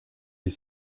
est